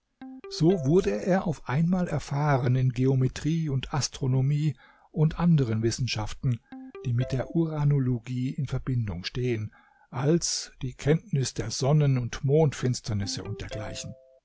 so wurde er auf einmal erfahren in geometrie und astronomie und anderen wissenschaften die mit der uranologie in verbindung stehen als die kenntnis der sonnen und mondfinsternisse und dergleichen